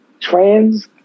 trans